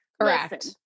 Correct